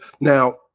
now